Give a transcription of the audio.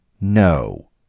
no